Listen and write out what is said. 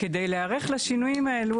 כדי להיערך לשינויים האלה,